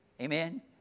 Amen